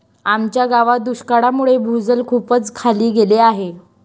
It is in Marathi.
आमच्या गावात दुष्काळामुळे भूजल खूपच खाली गेले आहे